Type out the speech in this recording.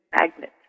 Magnet